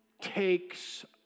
takes